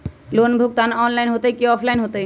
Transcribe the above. Loan भुगतान online होतई कि ऑफलाइन होतई?